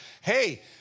Hey